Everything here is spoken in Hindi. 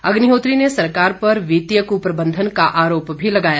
अग्निहोत्री ने सरकार पर वित्तीय कुप्रबंधन का आरोप भी लगाया